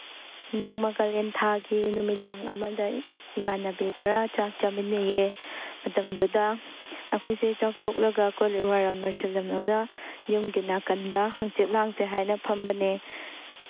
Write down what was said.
ꯅꯣꯡꯃ ꯀꯥꯂꯦꯟꯊꯥꯒꯤ ꯅꯨꯃꯤꯗꯥꯡ ꯑꯃꯗ ꯏꯃꯥꯟꯅꯕꯤ ꯈꯔ ꯆꯥꯛ ꯆꯥꯃꯤꯟꯅꯩꯑꯦ ꯃꯇꯝꯗꯨꯗ ꯑꯩꯈꯣꯏꯁꯦ ꯆꯥꯛ ꯇꯣꯛꯂꯒ ꯀꯣꯂꯤꯛ ꯋꯥꯏꯔꯝ ꯂꯣꯏꯁꯜꯂꯝꯃꯒ ꯌꯨꯝꯒꯤ ꯅꯥꯀꯟꯗ ꯍꯛꯆꯤꯛ ꯂꯥꯡꯁꯦ ꯍꯥꯏꯅ ꯐꯝꯕꯅꯦ